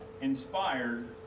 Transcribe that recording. inspired